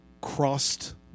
crossed